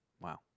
Wow